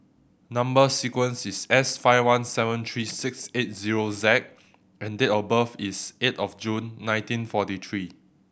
number sequence is S five one seven three six eight zero Z and date of birth is eight of June nineteen forty three